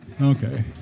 Okay